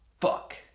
Fuck